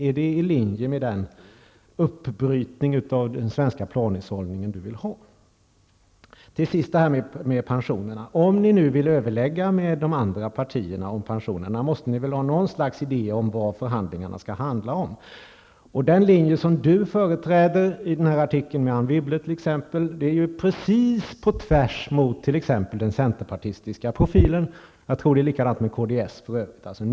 Är det i linje med den uppbrytning av den svenska planhushållningen som Bo Könberg vill ha? Om ni nu vill överlägga med de andra partierna om pensionerna, måste ni ju ha något slags idé om vad förhandlingarna skall handla om. Den linje som Bo Könberg företräder i t.ex. artikeln tillsammans med Anne Wibble går helt på tvärs mot den centerpartistiska profilen. Jag tror att det är på samma sätt med kds.